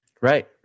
Right